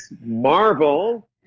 Marvel